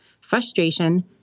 frustration